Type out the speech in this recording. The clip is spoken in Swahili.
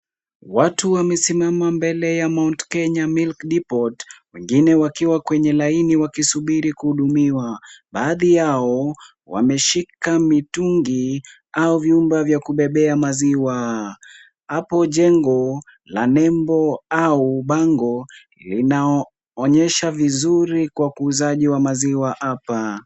Watu wamesimama mbele ya Mt Kenya milk depot , wengine wakiwa kwenye laini wakisubiri kuhudumiwa. Baadhi yao wameshika mitungi au vyumba vya kubebea maziwa. Hapo jengo la nembo au bango linaonyesha vizuri kwa kuuzaji wa maziwa hapa.